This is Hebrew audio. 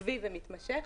עקבי ומתמשך.